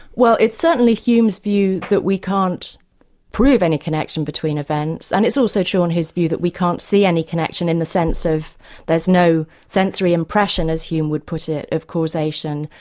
well it's certainly hume's view that we can't prove any connection between events. and it's also true in his view that we can't see any connection in the sense of there's no sensory impression as hume would put it, of causation,